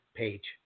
page